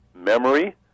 memory